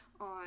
on